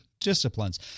disciplines